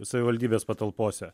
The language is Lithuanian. savivaldybės patalpose